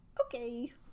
Okay